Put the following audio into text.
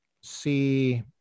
see